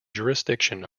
jurisdiction